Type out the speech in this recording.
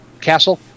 castle